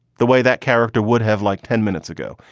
the way that character would have like ten minutes ago,